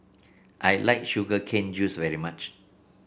I like Sugar Cane Juice very much